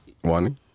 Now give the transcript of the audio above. one